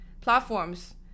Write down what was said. platforms